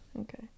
okay